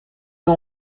ont